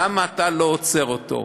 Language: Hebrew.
למה אתה לא עוצר אותו.